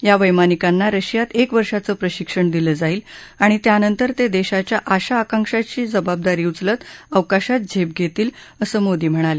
या वैमानिकांना रशियात एक वर्षाचं प्रशिक्षण दिलं जाईल आणि त्यानंतर ते देशाच्या आशा आकांक्षांची जबाबदारी उचलत अवकाशात झेप घेतील असं मोदी म्हणाले